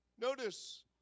Notice